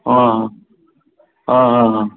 आं आं हां हां